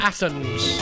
Athens